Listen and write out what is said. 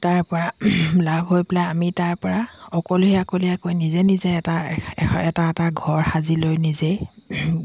তাৰ পৰা লাভ হৈ পেলাই আমি তাৰপৰা অকলে অকলে নিজে নিজে এটা এশ এটা এটা ঘৰ সাজি লৈ নিজেই